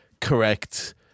correct